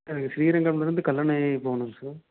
sir எங்களுக்கு ஸ்ரீரங்கம்லேருந்து கல்லணை போகணுங்க சார்